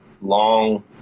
long